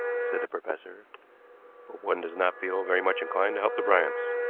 said the professor but one does not feel very much inclined to help the bryants.